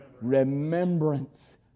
remembrance